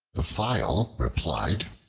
the file replied,